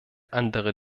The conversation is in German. andere